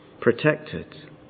protected